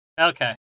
Okay